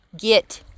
get